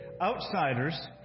Outsiders